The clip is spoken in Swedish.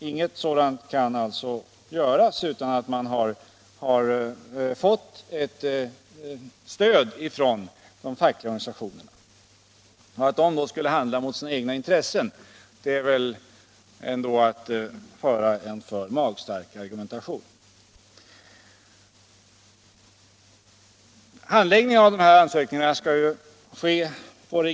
Inget sådant kan alltså göras utan att man har fått ett stöd från de fackliga organisationerna. Att påstå att de skulle handla mot sina egna intressen är väl ändå att föra en alltför magstark argumentation.